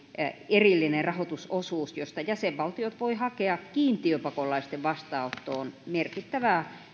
erillinen rahoitusosuus josta jäsenvaltiot voivat hakea kiintiöpakolaisten vastaanottoon merkittävää